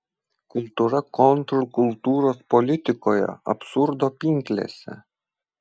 kultūra kontrkultūros politikoje absurdo pinklėse